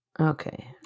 Okay